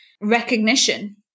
recognition